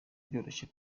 byoroshye